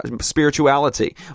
spirituality